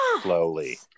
slowly